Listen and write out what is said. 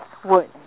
word eh